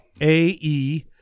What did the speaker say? A-E